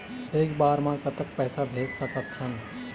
एक बार मे कतक पैसा भेज सकत हन?